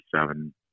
seven